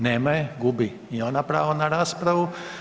Nema je, gubi i ona pravo na raspravu.